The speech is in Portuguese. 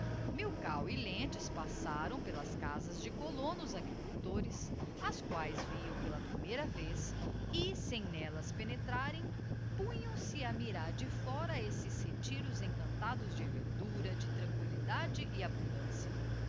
e lentz passaram pem chanaan las casas de colonos agricultores as quaes viam pela primeira vez e sem n'ellas penetrarem punham se a mirar de fora esses retiros encantados de verdura de tranquillidade e abundância